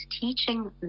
teaching